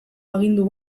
agindu